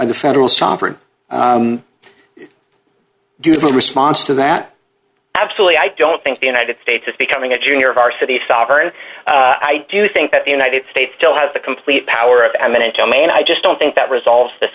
the federal sovereign due to a response to that absolutely i don't think the united states is becoming a junior varsity soccer and i do think that the united states still has the complete power of eminent domain i just don't think that resolves this